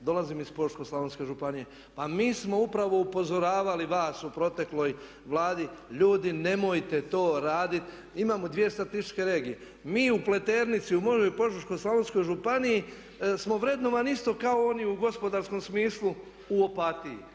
dolazim iz Požeško-slavonske županije, pa mi smo upravo upozoravali vas u protekloj Vladi ljudi nemojte to raditi, imamo 2 statističke regije. Mi u Pleternici u mojoj Požeško-slavonskoj županiji smo vrednovani isto u gospodarskom smislu kao oni